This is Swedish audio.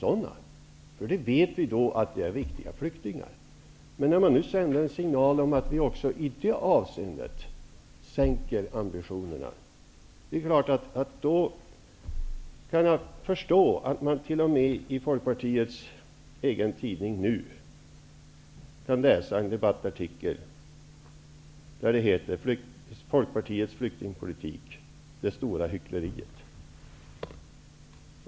Man vet att dessa människor är ''riktiga'' flyktingar, har man sagt. Om man nu sänder signalen att man även i det avseendet sänker ambitionerna kan jag självfallet förstå att man t.o.m. i Folkpartiets egen tidning Nu kan läsa en debattartikel med rubriken ''Folkpartiets flyktingpolitik -- Det stora hyckleriet.''